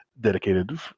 dedicated